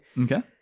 okay